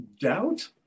doubt